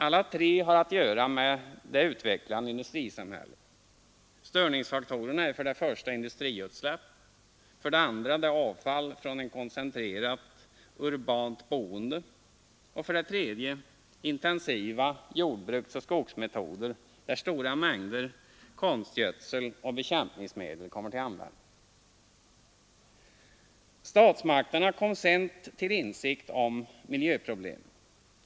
Alla tre har att göra med det utvecklade industrisamhället. Störningsfaktorerna är: 3. Intensiva jordbruksoch skogsbruksmetoder där stora mängder konstgödsel och bekämpningsmedel kommer till användning. Statsmakterna kom sent till insikt om miljöproblemen.